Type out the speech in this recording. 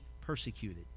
persecuted